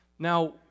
Now